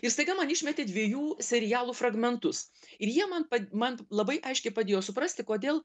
ir staiga man išmetė dviejų serialų fragmentus ir jie man man labai aiškiai padėjo suprasti kodėl